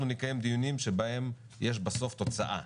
אנחנו נקיים דיונים שבהם יש בסוף תוצאה,